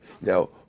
Now